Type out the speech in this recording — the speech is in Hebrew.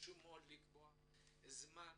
חשוב לקצוב זמן